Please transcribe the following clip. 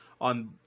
on